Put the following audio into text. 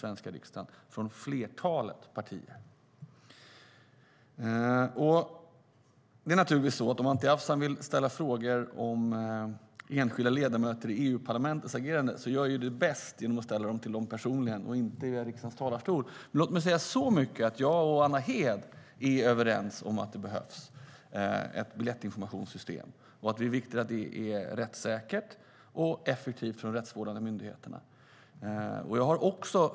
Vill Anti Avsan ställa frågor om enskilda EU-parlamentsledamöters agerande gör han det bäst genom att ställa frågorna till dem personligen och inte i riksdagens talarstol. Men låt mig säga så mycket att jag och Anna Hedh är överens om att det behövs ett biljettinformationssystem och att det är viktigt att det är rättssäkert och att det är effektivt för de rättsvårdande myndigheterna.